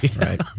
Right